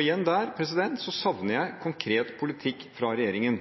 Igjen savner jeg her konkret politikk fra regjeringen.